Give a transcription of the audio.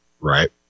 Right